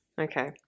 Okay